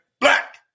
black